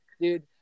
Dude